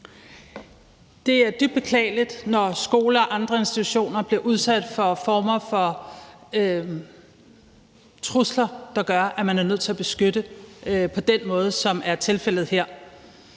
Det er dybt beklageligt, når skoler og andre institutioner bliver udsat for former for trusler, der gør, at man er nødt til at beskytte dem på den måde, som det er tilfældet her.